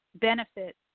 benefits